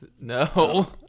No